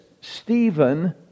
Stephen